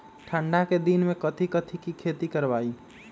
ठंडा के दिन में कथी कथी की खेती करवाई?